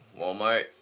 Walmart